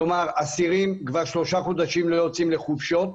כלומר אסירים כבר שלושה חודשים לא יוצאים לחופשות,